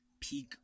peak